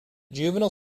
juvenile